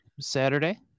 Saturday